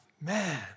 Man